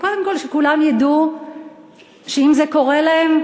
קודם כול שכולם ידעו שאם זה קורה להם,